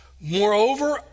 Moreover